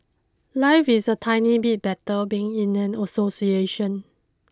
life is a tiny bit better being in an association